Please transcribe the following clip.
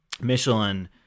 Michelin